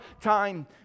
time